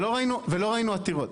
ולא ראינו עתירות.